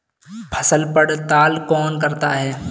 फसल पड़ताल कौन करता है?